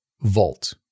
Vault